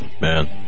man